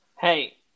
Hey